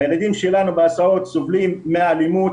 הילדים שלנו בהסעות סובלים מאלימות,